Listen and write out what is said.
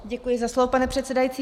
Děkuji za slovo, pane předsedající.